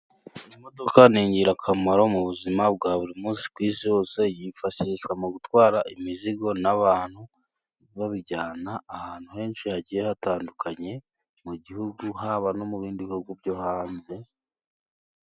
Imodoka ni ingirakamaro mu buzima bwa buri munsi ku isi hose, yifashishwa mu gutwara imizigo n'abantu, babijyana ahantu henshi hagiye hatandukanye mu gihugu, haba no mu bindi bihugu byo hanze.